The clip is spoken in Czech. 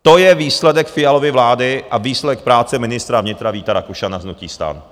To je výsledek Fialovy vlády a výsledek práce ministra vnitra Víta Rakušana z hnutí STAN.